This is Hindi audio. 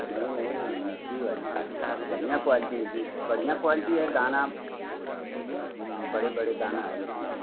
नहीं नहीं दूसरी वाली है बढ़िया क्वालटी है बढ़िया क्वालटी है दाना बड़े बड़े दाना है उसका